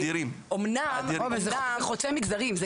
זה חוצה מגזרים.